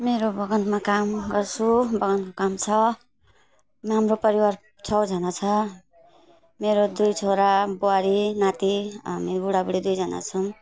मेरो बगानमा काम गर्छु बगानको काम छ यहाँ हाम्रो परिवार छजना छ मेरो दुई छोरा बुहारी नाति हामी बुढाबुढी दुईजना छौँ